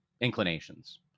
inclinations